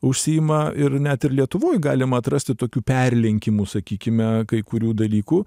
užsiima ir net ir lietuvoj galima atrasti tokių perlenkimų sakykime kai kurių dalykų